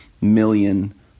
million